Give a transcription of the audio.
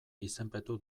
izenpetu